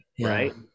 Right